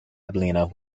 abilene